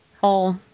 whole